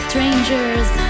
Strangers